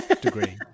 degree